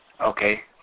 Okay